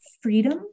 freedom